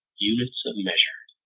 units of measure